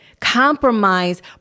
Compromise